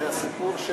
זה הסיפור,